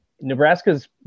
Nebraska's